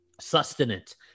sustenance